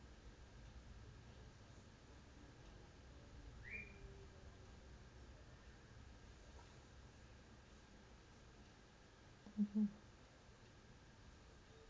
mmhmm